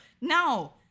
no